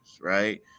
right